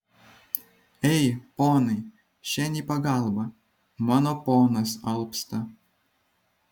ei ponai šen į pagalbą mano ponas alpsta